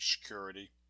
security